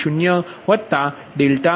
3130∆30 જે 0 3